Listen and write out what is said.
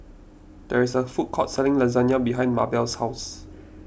there is a food court selling Lasagna behind Mabell's house